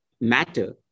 matter